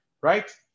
right